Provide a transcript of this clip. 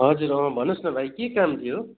हजुर अँ भन्नोस् न भाइ के काम थियो